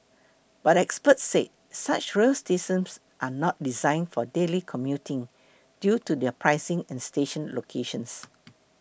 but experts said such rail systems are not design for daily commuting due to their pricing and station locations